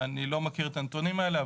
אני לא מכיר את הנתונים האלה.